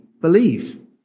believe